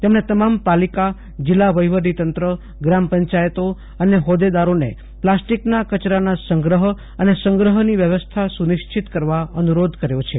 તેમણે તમામ પાલિકા જીલ્લા વહીટવટીતંત્ર ગ્રામપંચાયતો અને હોદ્દેદારોને પ્લાસ્ટીકના કચરાના સંગ્રહ અને સંગ્રહની વ્યવસ્થા સુનિશ્ચિત કરવા અનુરોધ કર્યો છે